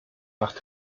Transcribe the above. macht